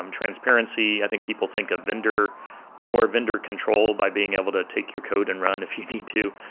um transparency. i think people think of vendor more vendor control by being able to take your code and run if you need to.